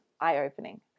eye-opening